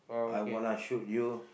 I'm gonna shoot you